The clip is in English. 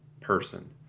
person